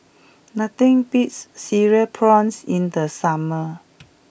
nothing beats having Cereal Prawns in the summer